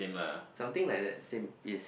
something like that same yes